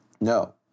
No